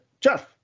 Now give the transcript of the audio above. Jeff